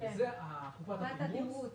לו יצויר שהיית פותח את זה לגמרי לתחרות